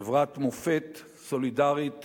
חברת מופת סולידרית